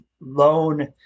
loan